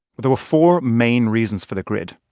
there were four main reasons for the grid.